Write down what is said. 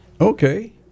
Okay